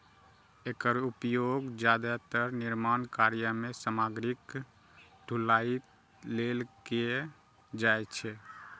एकर उपयोग जादेतर निर्माण कार्य मे सामग्रीक ढुलाइ लेल कैल जाइ छै